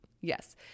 Yes